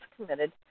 committed